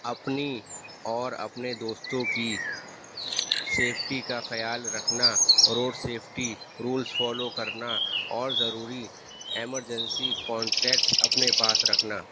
اپنی اور اپنے دوستوں کی سیفٹی کا خیال رکھنا روڈ سیفٹی رولس فالو کرنا اور ضروری ایمرجنسی کانٹیکٹس اپنے پاس رکھنا